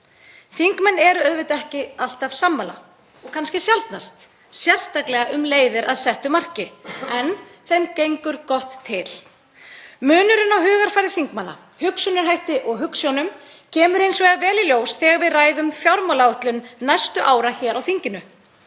Þingmenn eru auðvitað ekki alltaf sammála og kannski sjaldnast, sérstaklega um leiðir að settu marki en þeim gengur gott til. Munurinn á hugarfari þingmanna, hugsunarhætti og hugsjónum kemur hins vegar vel í ljós þegar við ræðum fjármálaáætlun næstu ára hér á þinginu.